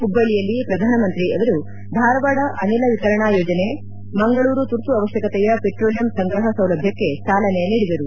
ಹುಬ್ಬಳ್ಳಿಯಲ್ಲಿ ಪ್ರಧಾನಮಂತ್ರಿ ಅವರು ಧಾರವಾಡ ಅನಿಲ ವಿತರಣಾ ಯೋಜನೆ ಮಂಗಳೂರು ತುರ್ತು ಅವಕಶ್ಯಕತೆಯ ಪೆಟ್ರೋಲಿಯಂ ಸಂಗ್ರಹ ಸೌಲಭ್ಯಕ್ಷೆ ಚಾಲನೆ ನೀಡಿದರು